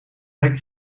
lek